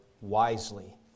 wisely